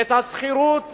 את השכירות